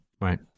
Right